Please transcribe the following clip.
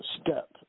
step